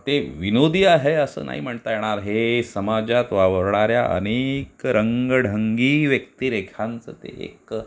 ते विनोदी आहे असं नाही म्हणता येणार हे समाजात वावरणाऱ्या अनेक रंगढंगी व्यक्तिरेखांचं ते एक